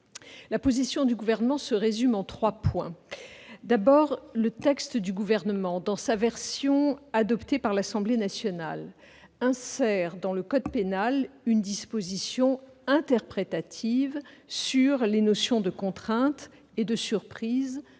la position du Gouvernement, qui comporte trois points. Premièrement, le texte du Gouvernement, dans sa version adoptée par l'Assemblée nationale, insérait dans le code pénal une disposition interprétative sur les notions de contrainte et de surprise